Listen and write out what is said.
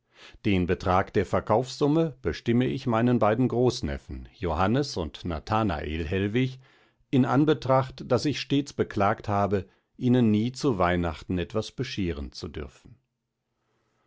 den betrag der verkaufssumme bestimme ich meinen beiden großneffen johannes und nathanael hellwig in anbetracht daß ich stets beklagt habe ihnen nie zu weihnachten etwas bescheren zu dürfen